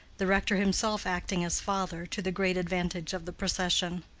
the rector himself acting as father, to the great advantage of the procession.